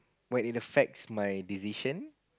well it affects my decision